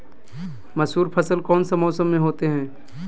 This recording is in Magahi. मसूर फसल कौन सा मौसम में होते हैं?